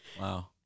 Wow